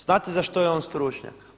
Znate za što je on stručnjak?